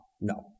no